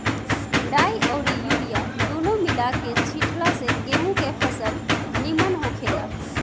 डाई अउरी यूरिया दूनो मिला के छिटला से गेंहू के फसल निमन होखेला